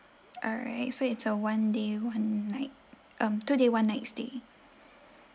alright so it's a one day one night um two day one night stay